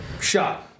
Shot